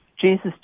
Jesus